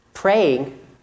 Praying